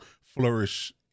flourish